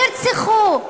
נרצחו.